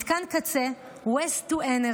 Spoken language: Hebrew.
מתקן קצה waste to energy